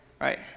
right